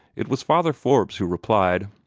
it was father forbes who replied.